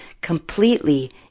completely